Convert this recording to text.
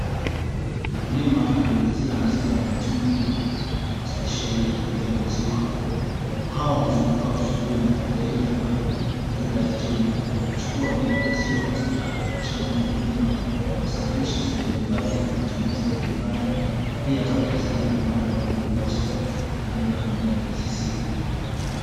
Mkulima anageuzia maziwa kwenye mitungi spesheli ya kubebea maziwa. Hawa huzuguka asubuhi na alfajiri ama majira ya jioni kuchukua maziwa katika mashamba ya wakulima na kusafirisha sehemu mbalimbali ili kwa matumizi ya nyumbani na pia kuuzia viwanda kama vile Brookside na vile kampuni ya KCC.